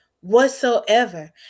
whatsoever